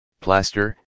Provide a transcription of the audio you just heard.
plaster